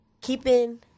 keeping